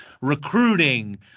recruiting